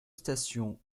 stations